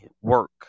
work